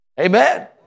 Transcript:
Amen